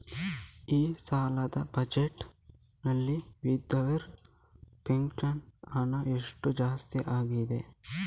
ಈ ಸಲದ ಬಜೆಟ್ ನಲ್ಲಿ ವಿಧವೆರ ಪೆನ್ಷನ್ ಹಣ ಎಷ್ಟು ಜಾಸ್ತಿ ಆಗಿದೆ?